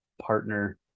partner